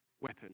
weapon